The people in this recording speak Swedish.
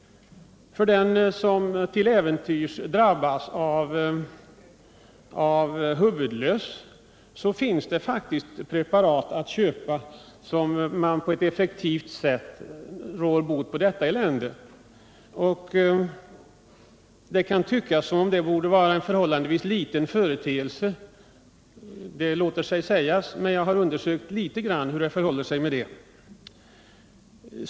För den som till äventyrs drabbas av huvudlöss finns det faktiskt preparat att köpa som på ett effektivt sätt råder bot på det eländet. Det kan tyckas att det borde vara en förhållandevis liten företeelse, men jag har undersökt hur det förhåller sig med det.